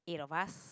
eight of us